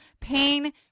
pain